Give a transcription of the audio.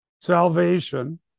Salvation